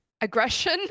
aggression